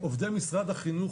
עובדי משרד החינוך,